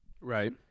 right